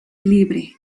libre